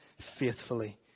faithfully